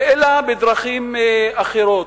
אלא בדרכים אחרות.